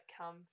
come